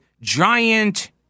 giant